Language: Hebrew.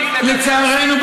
לצערנו,